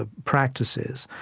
ah practices,